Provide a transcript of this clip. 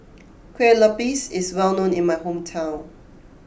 Kue Lupis is well known in my hometown